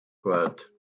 ford